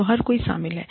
तो हर कोई शामिल है